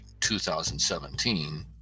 2017